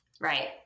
right